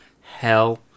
hell